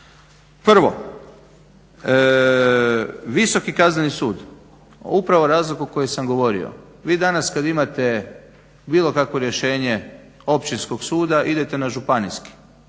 Prvo, Visoki kazneni sud upravo razliku koju sam govorio, vi danas kad imate bilo kakvo rješenje Općinskog suda idete na Županijski,